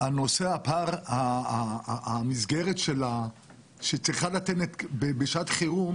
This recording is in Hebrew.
בכל המסגרת שצריכה בשעת חירום,